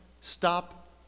stop